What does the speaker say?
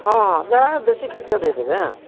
ହଁ ହଁ ଯାହା ଦେଶୀ ଖାଦ୍ୟ ଦେଇଦେବେ ଆଁ